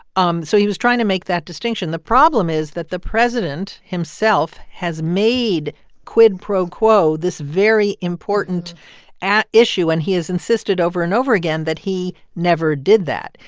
um so he was trying to make that distinction. the problem is that the president himself has made quid pro quo this very important issue, and he has insisted over and over again that he never did that.